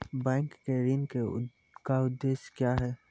Bank के ऋण का उद्देश्य क्या हैं?